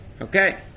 Okay